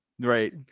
right